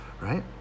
right